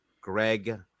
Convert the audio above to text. greg